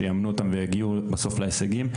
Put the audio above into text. שיאמנו אותם יגיעו בסוף להישגים.